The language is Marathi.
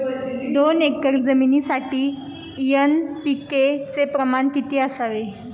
दोन एकर जमिनीसाठी एन.पी.के चे प्रमाण किती असावे?